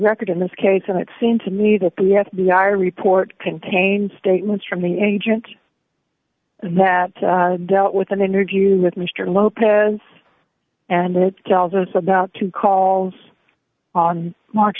record in this case and it seemed to me that the f b i report contained statements from the agent that dealt with an interview with mr lopez and it tells us about two calls on march